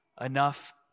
enough